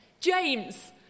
James